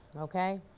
okay?